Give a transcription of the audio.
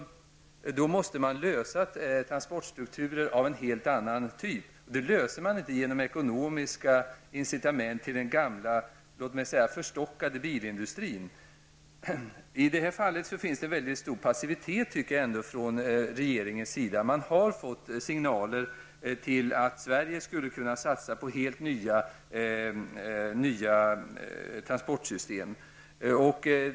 Då måste man åstadkomma transportstrukturer av en helt annan typ, och det problemet löser man inte genom ekonomiska incitament till den gamla, låt mig säga förstockade, bilindustrin. I det här fallet föreligger det, tycker jag ändå, en stor passivitet från regeringens sida. Man har fått signaler om att Sverige skulle kunna satsa på helt nya transportsystem.